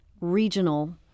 regional